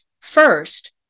first